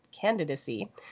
candidacy